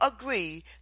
agree